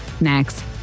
next